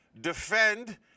defend